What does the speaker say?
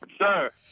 Sir